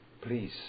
please